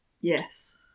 Yes